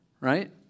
right